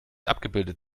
abgebildet